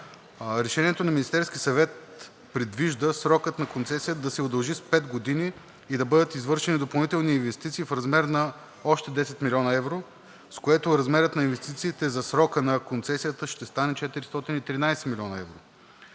Решението на Министерския съвет предвижда срокът на концесията да се удължи с пет години и да бъдат извършени допълнителни инвестиции в размер на още 10 млн. евро, с което размерът на инвестициите за срока на концесията ще стане 413 млн. евро.